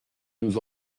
nous